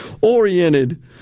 oriented